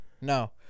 No